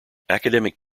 academic